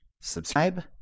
subscribe